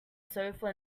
sofa